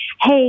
hey